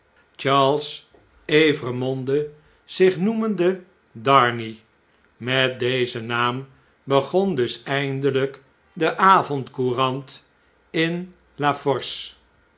charles evremonde zich noemende darnay met dezen naam begon dus eindelp de avondoourant in